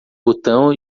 botão